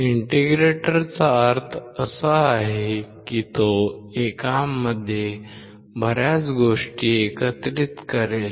इंटिग्रेटरचा अर्थ असा आहे की तो एकामध्ये बर्याच गोष्टी एकत्रित करेल